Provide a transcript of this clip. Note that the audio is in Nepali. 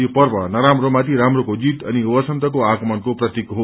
यो पर्व नराम्रो माथि राम्राको जीत अनि वसन्तको आगमनको प्रतीक हो